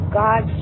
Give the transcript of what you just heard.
god